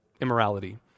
immorality